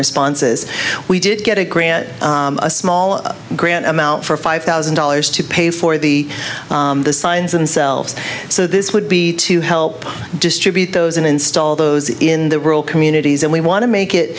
responses we did get a grant a small grant amount for five thousand dollars to pay for the the signs and selves so this would be to help distribute those and install those in the rural communities and we want to make it